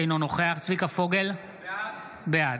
אינו נוכח צביקה פוגל, בעד